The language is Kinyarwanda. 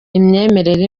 imyemerere